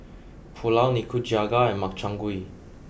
Pulao Nikujaga and Makchang Gui